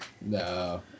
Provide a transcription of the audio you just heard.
No